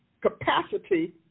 capacity